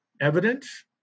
Evidence